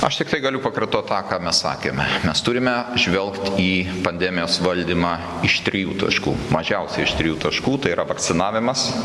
aš tiktai galiu pakartot tą ką mes sakėme mes turime žvelgt į pandemijos valdymą iš trijų taškų mažiausiai iš trijų taškų tai yra vakcinavimas